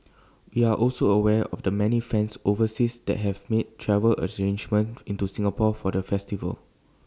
we are also aware of the many fans overseas that have made travel arrangements into Singapore for the festival